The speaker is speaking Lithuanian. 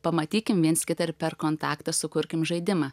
pamatykim viens kitą ir per kontaktą sukurkim žaidimą